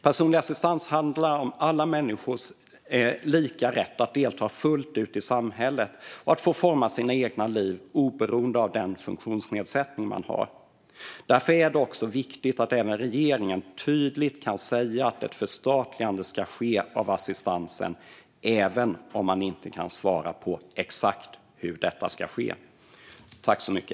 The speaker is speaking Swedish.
Personlig assistans handlar om alla människors lika rätt att delta fullt ut i samhället och att forma sina egna liv oberoende av den funktionsnedsättning man har. Därför är det viktigt att även regeringen tydligt kan säga att ett förstatligande av assistansen ska ske även om man inte kan svara på exakt hur detta ska ske.